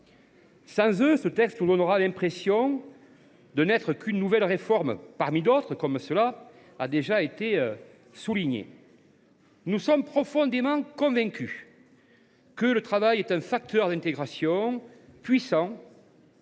Sans eux, ce texte donnera l’impression de n’être qu’une nouvelle réforme parmi d’autres, cela a été largement souligné. Nous sommes profondément convaincus que le travail est un facteur d’intégration puissant,